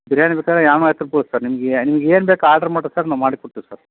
ಬಿರ್ಯಾನಿ ಬೇಕಾದರೆ ನಿಮಗೆ ನಿಮ್ಗೇನು ಬೇಕು ಆರ್ಡ್ರ್ ಮಾಡಿರಿ ಸರ್ ನಾವು ಮಾಡಿಕೊಡ್ತೀವಿ ಸರ್